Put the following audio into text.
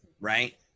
right